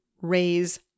raise